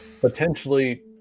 potentially